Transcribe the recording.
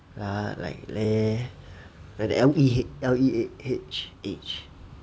ya like leh like the L E H H H